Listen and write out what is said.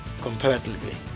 comparatively